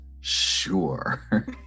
sure